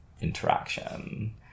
interaction